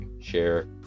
share